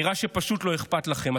נראה שפשוט לא אכפת לכם.